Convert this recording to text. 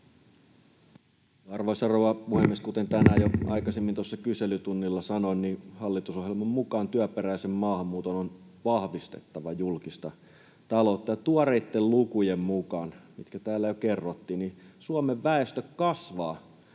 Arvoisa rouva puhemies! Kuten tänään jo aikaisemmin tuossa kyselytunnilla sanoin, hallitusohjelman mukaan työperäisen maahanmuuton on vahvistettava julkista taloutta. Tuoreitten lukujen mukaan, mitkä täällä jo kerrottiin, Suomen väestö kasvaa